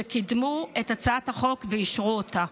שקידמו את הצעת החוק ואישרו אותה.